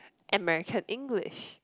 American English